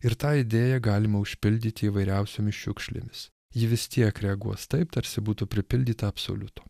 ir tą idėją galima užpildyti įvairiausiomis šiukšlėmis ji vis tiek reaguos taip tarsi būtų pripildyta absoliuto